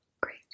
Great